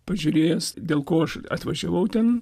pažiūręs dėl ko aš atvažiavau ten